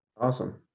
Awesome